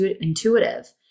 intuitive